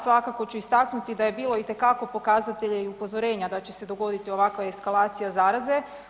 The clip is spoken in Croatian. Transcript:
Svakako ću istaknuti da je bilo itekako pokazatelja i upozorenja da će se dogoditi ovakva eskalacija zaraze.